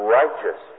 righteous